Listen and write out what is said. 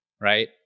right